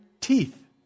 teeth